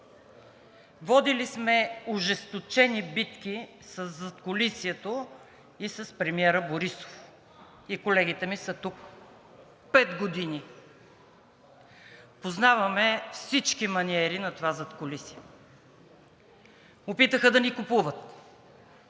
водили сме ожесточени битки със задкулисието и с премиера Борисов, и колегите ми са тук – 5 години! Познаваме всички маниери на това задкулисие – опитаха да ни купуват,